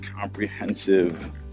comprehensive